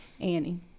Annie